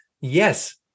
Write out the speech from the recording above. yes